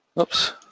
Oops